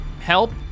help